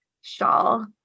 shawl